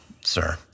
sir